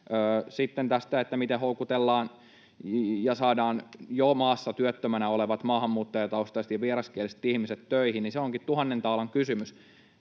Sitten se, miten houkutellaan ja saadaan jo maassa työttömänä olevat maahanmuuttajataustaiset ja vieraskieliset ihmiset töihin, onkin tuhannen taalan kysymys.